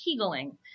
kegeling